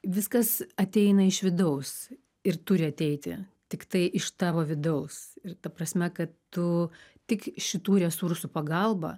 viskas ateina iš vidaus ir turi ateiti tiktai iš tavo vidaus ir ta prasme kad tu tik šitų resursų pagalba